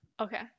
okay